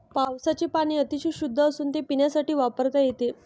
पावसाचे पाणी अतिशय शुद्ध असून ते पिण्यासाठी वापरता येते